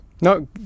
No